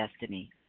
destiny